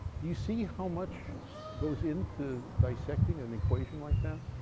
do you see how much goes into dissecting an equation like that?